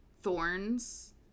Thorns